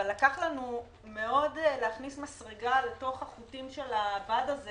אבל היינו צריכים להכניס מסרגה לתוך החוטים של הבד הזה